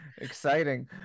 Exciting